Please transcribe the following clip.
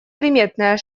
приметная